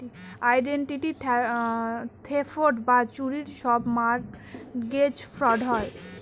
identity theft বা চুরির সব মর্টগেজ ফ্রড হয়